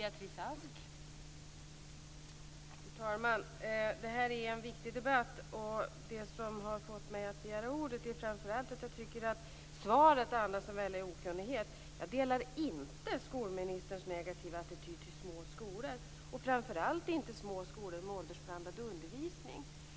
Fru talman! Det här är en viktig debatt, och det som har fått mig att begära ordet är framför allt att jag tycker att svaret andas en väldig okunnighet. Jag delar inte skolministerns negativa attityd till små skolor, och framför allt inte små skolor med åldersblandad undervisning.